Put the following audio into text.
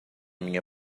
minha